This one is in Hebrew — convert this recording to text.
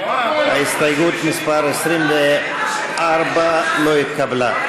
הסתייגות מס' 24 לא התקבלה.